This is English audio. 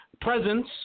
presence